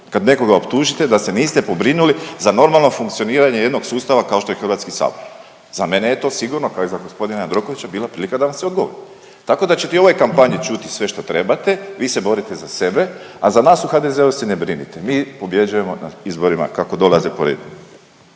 Kad nekoga optužite da se niste pobrinuli za normalno funkcioniranje jednog sustava kao što je HS, za mene je to sigurno, kao i za g. Jandrokovića bila prilika da vam se odgovori. Tako da ćete i u ovoj kampanji čuti sve što trebate, bi se borite za sebe, a za nas u HDZ-u se ne brinite. Mi pobjeđujemo na izborima kako dolaze po redu.